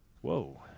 Whoa